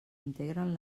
integren